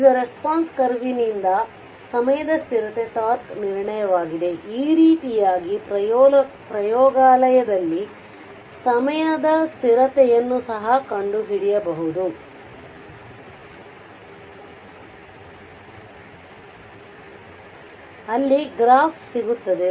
ಇದು ರೆಸ್ಪಾನ್ಸ್ ಕರ್ವ್ನಿಂದ ಸಮಯದ ಸ್ಥಿರತೆ τ ನಿರ್ಣಯವಾಗಿದೆ ಈ ರೀತಿಯಾಗಿ ಪ್ರಯೋಗಾಲಯದಲ್ಲಿ ಸಮಯದ ಸ್ಥಿರತೆಯನ್ನು ಸಹ ಕಂಡುಹಿಡಿಯಬಹುದು ಅಲ್ಲಿ ಗ್ರಾಫ್ ಸಿಗುತ್ತದೆ